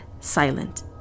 silent